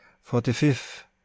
Forty-fifth